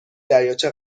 دریاچه